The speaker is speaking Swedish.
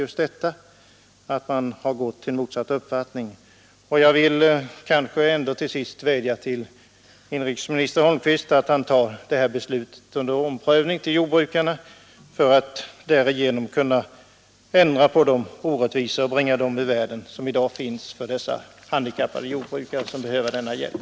Jag vill till sist vädja till inrikesminister Holmqvist att ta beslutet om näringshjälp till handikappade jordbrukare under omprövning. Därmed skulle en stor orättvisa bringas ur världen för dessa handikappade jordbrukare Herr talman! Jag vill med det anförda än en gång tacka för svaret på min enkla fråga.